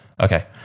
Okay